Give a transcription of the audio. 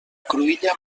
cruïlla